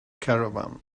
caravan